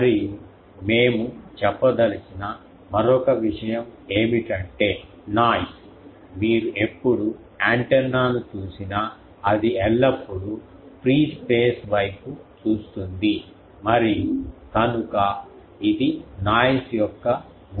మరియు మేము చెప్పదలిచిన మరొక విషయం ఏమిటంటే నాయిస్ మీరు ఎప్పుడు యాంటెన్నాను చూసినా అది ఎల్లప్పుడూ ఫ్రీ స్పేస్ వైపు చూస్తుంది మరియు కనుక ఇది నాయిస్ యొక్క మూలం